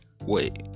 Wait